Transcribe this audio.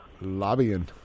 Lobbying